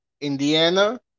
Indiana